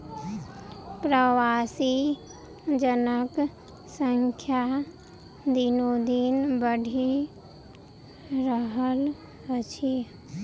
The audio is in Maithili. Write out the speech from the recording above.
प्रवासी जनक संख्या दिनोदिन बढ़ि रहल अछि